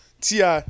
ti